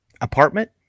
apartment